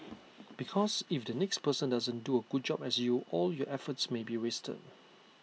because if the next person doesn't do A good job as you all your efforts may be wasted